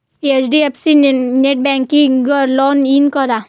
HDFC नेटबँकिंगवर log in करा